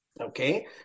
Okay